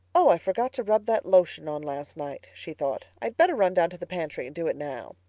oh, i forgot to rub that lotion on last night, she thought. i'd better run down to the pantry and do it now.